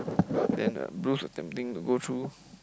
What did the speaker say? then the Brugge attempting to go through